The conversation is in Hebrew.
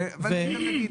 אנחנו ממשיכים.